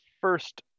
first